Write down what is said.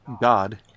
God